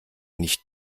nicht